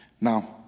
Now